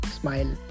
smile